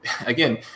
again